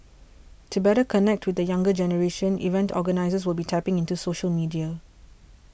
to better connect with the younger generation event organisers will be tapping into social media